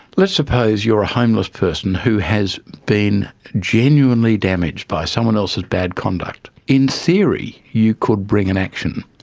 let's suppose you are a homeless person who has been genuinely damaged by someone else's bad conduct. in theory you could bring an action.